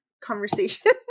conversation